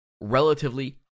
relatively